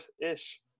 ish